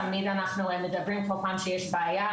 תמיד אנחנו מדברים כל פעם שיש בעיה,